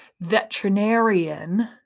veterinarian